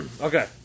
Okay